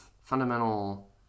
fundamental